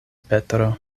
petro